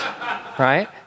Right